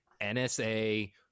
NSA